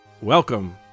Welcome